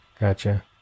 Gotcha